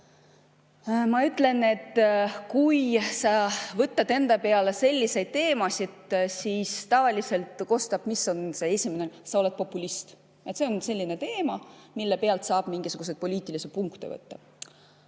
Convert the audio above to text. ma ütlen, et kui sa võtad enda peale selliseid teemasid, siis tavaliselt kostub esimesena see, et sa oled populist, et see on selline teema, mille pealt saab mingisuguseid poliitilisi punkte võtta.